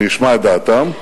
אני אשמע את דעתם,